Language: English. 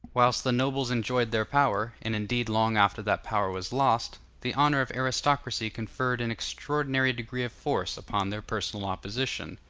whilst the nobles enjoyed their power, and indeed long after that power was lost, the honor of aristocracy conferred an extraordinary degree of force upon their personal opposition.